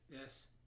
yes